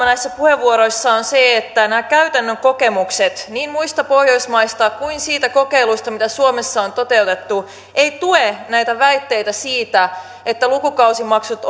näissä puheenvuoroissa on se että nämä käytännön kokemukset niin muista pohjoismaista kuin siitä kokeilusta mitä suomessa on toteutettu eivät tue näitä väitteitä siitä että lukukausimaksut